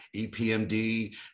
EPMD